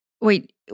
wait